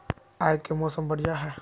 आय के मौसम बढ़िया है?